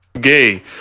gay